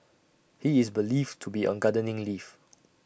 he is believed to be on gardening leave